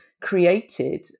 created